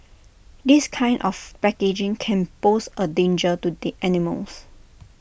this kind of packaging can pose A danger to the animals